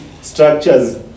structures